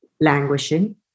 Languishing